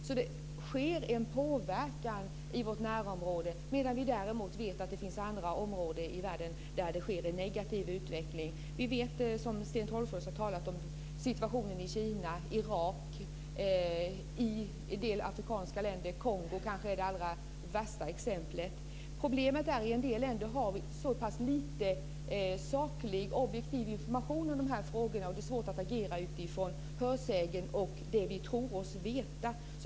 Det sker en påverkan i vårt närområde, medan vi däremot vet att det finns andra områden i världen där det sker en negativ utveckling. Vi känner till, som Sten Tolgfors har talat om, situationen i Kina, i Irak och i en del afrikanska länder. Kongo kanske är det allra värsta exemplet. Problemet med en del länder är att vi har så pass lite saklig och objektiv information i de här frågorna. Och det är svårt att agera utifrån hörsägen och det vi tror oss veta.